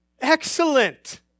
Excellent